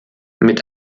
mit